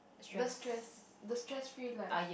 the stress the stress free life